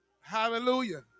Hallelujah